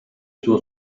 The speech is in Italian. suo